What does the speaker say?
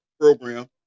program